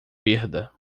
perda